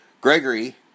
Gregory